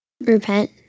Repent